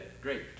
great